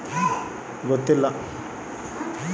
ಯಾವ ಭೌಗೋಳಿಕ ಪ್ರದೇಶ ಲೇಟ್ ಖಾರೇಫ್ ನೊಳಗ ಬರುತ್ತೆ?